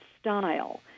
style